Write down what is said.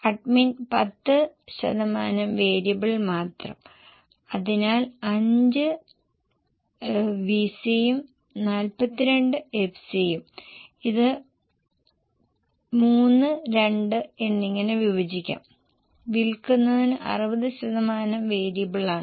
admin 10 ശതമാനം variable മാത്രം അതിനാൽ 5 വിസിയും 42 എഫ്സിയും ഇത് 3 2 എന്നിങ്ങനെ വിഭജിക്കാം വിൽക്കുന്നതിന് 60 ശതമാനം വേരിയബിളാണ്